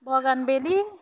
bougainvillea